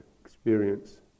experience